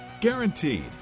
Guaranteed